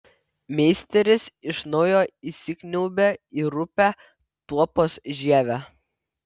meisteris iš naujo įsikniaubia į rupią tuopos žievę